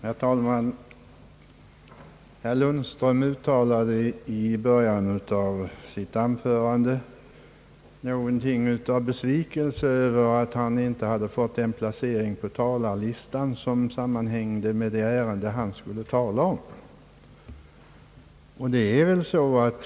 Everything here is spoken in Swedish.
Herr talman! Herr Lundström uttalade i början av sitt anförande en viss besvikelse över att han inte fått en placering på talarlistan som sammanhängde med det ärende han skulle tala om.